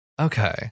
Okay